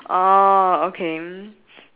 oh okay